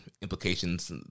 implications